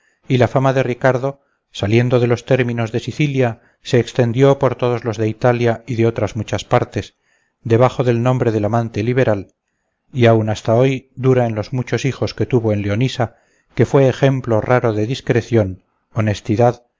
y la fama de ricardo saliendo de los términos de sicilia se estendió por todos los de italia y de otras muchas partes debajo del nombre del amante liberal y aún hasta hoy dura en los muchos hijos que tuvo en leonisa que fue ejemplo raro de discreción honestidad